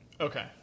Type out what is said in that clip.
Okay